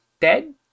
Dead